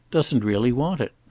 doesn't really want it.